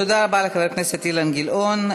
תודה לחבר הכנסת אילן גילאון.